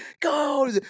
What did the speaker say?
Go